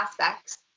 aspects